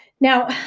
Now